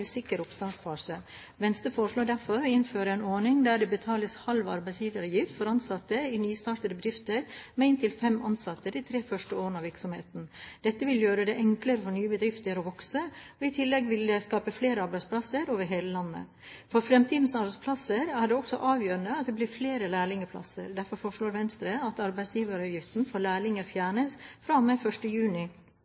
usikker oppstartsfase. Venstre foreslår derfor å innføre en ordning der det betales halv arbeidsgiveravgift for ansatte i nystartede bedrifter med inntil fem ansatte de tre første årene virksomheten er i drift. Dette vil gjøre det enklere for nye bedrifter å vokse, i tillegg til at det vil skape flere arbeidsplasser over hele landet. For fremtidens arbeidsplasser er det også avgjørende at det blir flere lærlingplasser. Derfor foreslår Venstre at arbeidsgiveravgiften for lærlinger